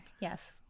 yes